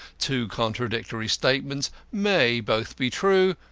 two contradictory statements may both be true,